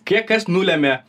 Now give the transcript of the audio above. kiek kas nulemia